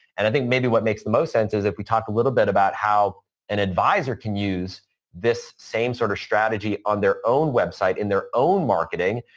and i think maybe what makes the most sense is that we talked a little bit about how an advisor can use this same sort of strategy on their own website, in their own marketing,